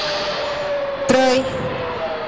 ब्रै